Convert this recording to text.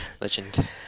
Legend